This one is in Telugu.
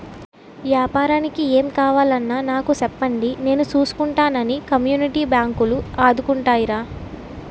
ఏపారానికి ఏం కావాలన్నా నాకు సెప్పండి నేను సూసుకుంటానని కమ్యూనిటీ బాంకులు ఆదుకుంటాయిరా